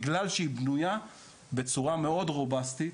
בגלל שהיא בנויה בצורה רובסטית,